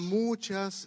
muchas